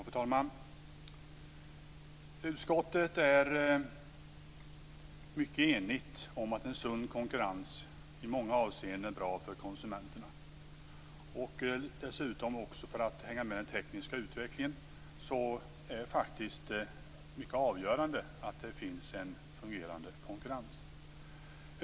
Fru talman! Utskottet är mycket enigt om att en sund konkurrens i många avseenden är bra för konsumenterna. Dessutom är det faktiskt mycket avgörande för att hänga med i den tekniska utvecklingen att det finns en fungerande konkurrens.